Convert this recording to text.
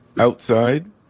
outside